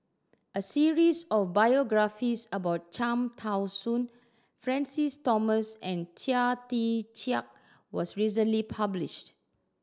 a series of biographies about Cham Tao Soon Francis Thomas and Chia Tee Chiak was recently published